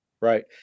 Right